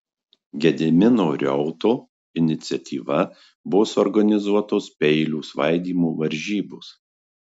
gedimino reuto iniciatyva buvo suorganizuotos peilių svaidymo varžybos